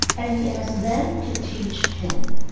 and he asked them to teach him.